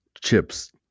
chips